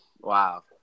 Wow